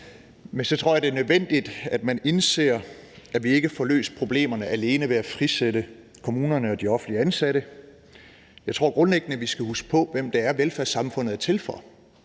men så tror jeg, det er nødvendigt, at man indser, at vi ikke får løst problemerne alene ved at frisætte kommunerne og de offentligt ansatte. Jeg tror grundlæggende, at vi skal huske på, hvem det er, velfærdssamfundet er til for.